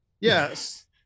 Yes